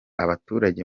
abaturage